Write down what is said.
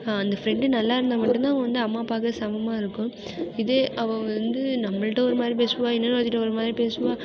அந்த ஃப்ரெண்டு நல்லா இருந்தால் மட்டும்தான் அவள் வந்து அம்மா அப்பாவுக்கு சமமாக இருக்கும் இதே அவள் வந்து நம்மகிட்ட ஒரு மாதிரி பேசுவாள் இன்னொருத்தி கிட்டே ஒரு மாதிரி பேசுவாள்